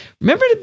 Remember